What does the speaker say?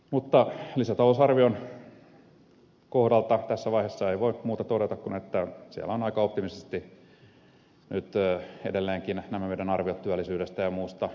mutta lisätalousarvion kohdalta tässä vaiheessa ei voi muuta todeta kun että siellä on aika optimistisesti edelleenkin esitetty arviot työllisyydestä ja muusta